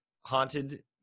haunted